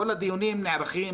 כל הדיונים נערכים,